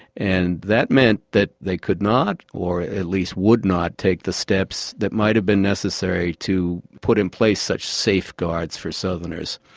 and that meant that they could not, or at least would not take the steps that might have been necessary to put in place such safeguards for southerners.